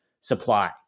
supply